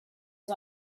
was